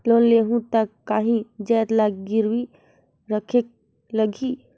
Loan लेहूं ता काहीं जाएत ला गिरवी रखेक लगही?